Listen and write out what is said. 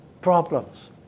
problems